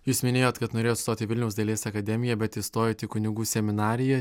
jūs minėjot kad norėjot stoti į vilniaus dailės akademiją bet įstojot į kunigų seminariją